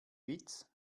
witz